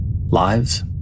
Lives